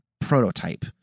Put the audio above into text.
prototype